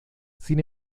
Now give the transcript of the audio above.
sin